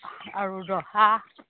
আৰু জহা